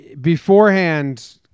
Beforehand